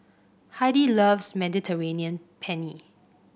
Heidi loves Mediterranean Penne